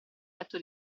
letto